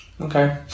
Okay